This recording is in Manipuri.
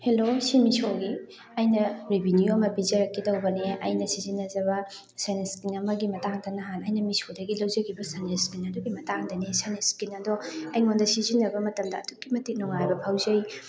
ꯍꯦꯜꯂꯣ ꯁꯤ ꯃꯤꯁꯣꯒꯤ ꯑꯩꯅ ꯔꯤꯕꯤꯅ꯭ꯌꯨ ꯑꯃ ꯄꯤꯖꯔꯛꯀꯦ ꯇꯧꯕꯅꯦ ꯑꯩꯅ ꯁꯤꯖꯤꯟꯅꯖꯕ ꯁꯟ ꯏ꯭ꯁꯀ꯭ꯔꯤꯟ ꯑꯃꯒꯤ ꯃꯇꯥꯡꯗ ꯅꯍꯥꯟ ꯑꯩꯅ ꯃꯤꯁꯣꯗꯒꯤ ꯂꯧꯖꯒꯤꯕ ꯁꯟ ꯏ꯭ꯁꯀ꯭ꯔꯤꯟ ꯑꯗꯨꯒꯤ ꯃꯇꯥꯡꯗꯅꯦ ꯁꯟ ꯏ꯭ꯁꯀ꯭ꯔꯤꯟ ꯑꯗꯣ ꯑꯩꯉꯣꯟꯗ ꯁꯤꯖꯤꯟꯅꯕ ꯃꯇꯝꯗ ꯑꯗꯨꯛꯀꯤ ꯃꯇꯤꯛ ꯅꯨꯡꯉꯥꯏꯕ ꯐꯥꯎꯖꯩ